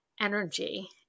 energy